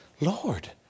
Lord